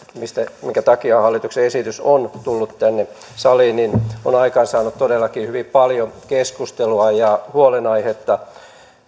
minkä takia hallituksen esitys on tullut tänne saliin on aikaansaanut todellakin hyvin paljon keskustelua ja huolenaihetta